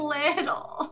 little